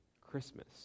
Christmas